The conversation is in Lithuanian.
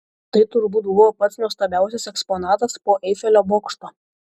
tai turbūt buvo pats nuostabiausias eksponatas po eifelio bokšto